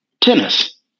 Tennis